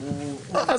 אבל